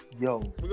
yo